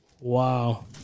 Wow